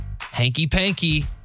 hanky-panky